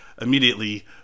immediately